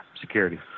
security